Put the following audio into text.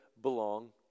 belong